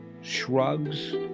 shrugs